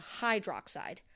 hydroxide